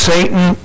Satan